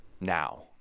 now